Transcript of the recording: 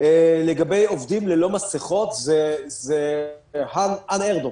לגבי עובדים ללא מסכות זה unheard of.